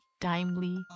timely